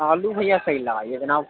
آلو بھیا سہی لگائیے جناب